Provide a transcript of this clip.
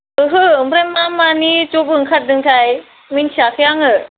ओहो ओमफ्राय मा मानि जब ओंखारदोंथाय मिन्थियाखै आङो